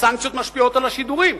הסנקציות משפיעות על השידורים,